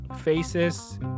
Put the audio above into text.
faces